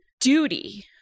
duty